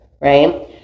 right